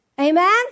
Amen